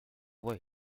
voix